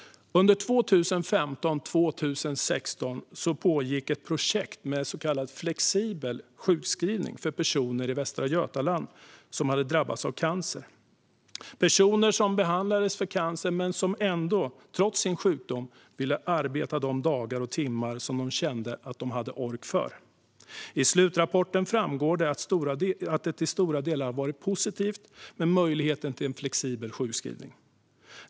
Under 2015-2016 pågick ett projekt med så kallad flexibel sjukskrivning för personer i Västra Götaland som behandlades för cancer och som trots sin sjukdom ville arbeta de dagar och timmar som de kände att de hade ork för. I slutrapporten framgår det att det till stora delar har varit positivt med möjligheten till flexibel sjukskrivning.